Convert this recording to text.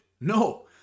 No